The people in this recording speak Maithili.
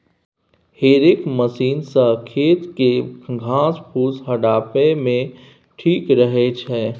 हेरेक मशीन सँ खेत केर घास फुस हटाबे मे ठीक रहै छै